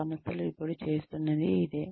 సంస్థలు ఇప్పుడు చేస్తున్నది ఇదే